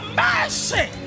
mercy